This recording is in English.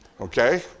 Okay